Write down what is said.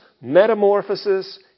metamorphosis